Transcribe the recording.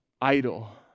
idle